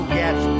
get